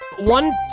one